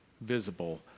visible